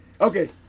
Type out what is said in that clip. Okay